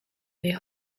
les